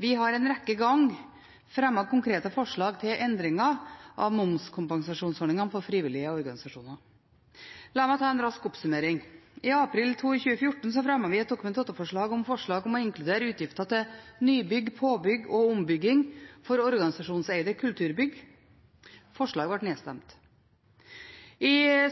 Vi har en rekke ganger fremmet konkrete forslag til endringer av momskompensasjonsordningen for frivillige organisasjoner. La meg ta en rask oppsummering: I april 2014 fremmet vi et Dokument 8-forslag om å inkludere utgifter til nybygg, påbygg og ombygging for organisasjonseide kulturbygg. Forslaget ble nedstemt.